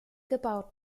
gebaut